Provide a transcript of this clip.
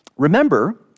Remember